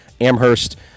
Amherst